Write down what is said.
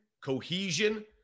cohesion